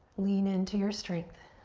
lean into your strength.